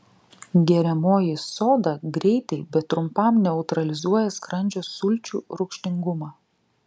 geriamoji soda greitai bet trumpam neutralizuoja skrandžio sulčių rūgštingumą